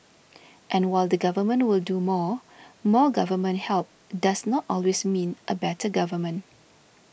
and while the Government will do more more government help does not always mean a better government